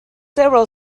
several